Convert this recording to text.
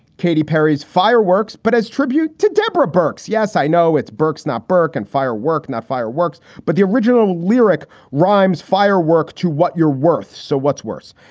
katy perry's fireworks, but as tribute to deborah burks. yes, i know. it's bourke's not burke and firework, not fireworks, but the original lyric rhymes firework to what you're worth. so what's worse?